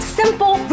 simple